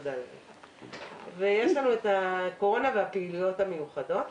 יש לנו את הקורונה והפעילויות המיוחדות.